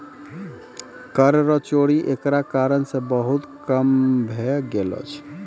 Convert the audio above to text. कर रो चोरी एकरा कारण से बहुत कम भै गेलो छै